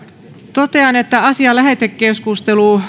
totean että asian lähetekeskustelu